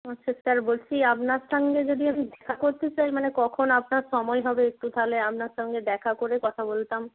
আচ্ছা স্যার বলছি আপনার সঙ্গে যদি আমি দেখা করতে চাই মানে কখন আপনার সময় হবে একটু তাহলে আপনার সঙ্গে দেখা করে কথা বলতাম